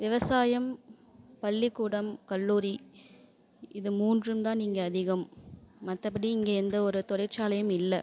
விவசாயம் பள்ளிக்கூடம் கல்லூரி இது மூன்றும் தான் இங்கே அதிகம் மற்றதான்படி இங்கே எந்தவொரு தொழிற்சாலையும் இல்லை